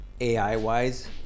AI-wise